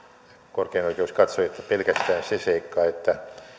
korkein oikeus katsoi että pelkästään se seikka että